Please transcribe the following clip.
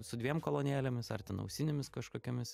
su dviem kolonėlėmis ar ten ausinėmis kažkokiomis